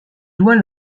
doit